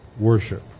worship